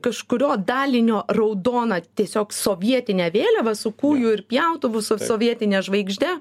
kažkurio dalinio raudoną tiesiog sovietinę vėliavą su kūju ir pjautuvu su sovietine žvaigžde